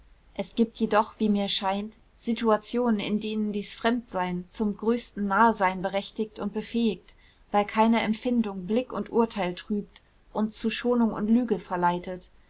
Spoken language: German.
es gibt jedoch wie mir scheint situationen in denen dies fremdsein zum größten nahesein berechtigt und befähigt weil keine empfindung blick und urteil trübt und zu schonung und lüge verleitet